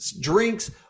drinks